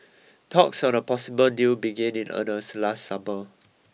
talks on a possible deal began in earnest last summer